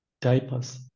diapers